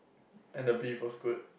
and the beef was good